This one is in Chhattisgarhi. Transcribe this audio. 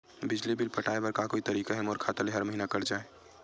बिजली बिल पटाय बर का कोई तरीका हे मोर खाता ले हर महीना कट जाय?